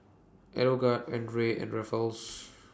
Aeroguard Andre and Ruffles